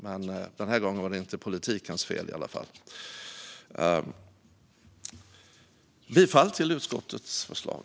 Denna gång var det dock inte politikens fel. Jag yrkar bifall till utskottets förslag.